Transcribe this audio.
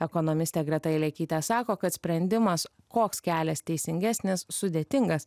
ekonomistė greta ilekytė sako kad sprendimas koks kelias teisingesnis sudėtingas